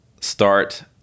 start